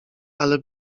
ale